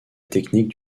technique